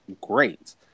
great